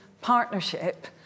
partnership